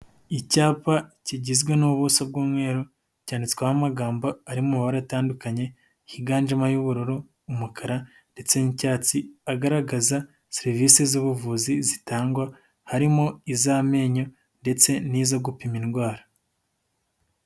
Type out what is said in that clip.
Icyapa kigizwe n'ubuso bw'umweru cyanditsweho amagambo ari mu mabara atandukanye higanjemo ay'ubururu, umukara ndetse n'icyatsi agaragaza serivisi z'ubuvuzi zitangwa harimo: iz'amenyo ndetse n'izo gupima indwara.